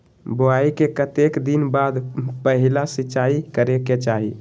बोआई के कतेक दिन बाद पहिला सिंचाई करे के चाही?